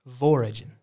Vorigen